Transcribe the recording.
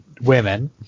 women